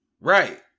Right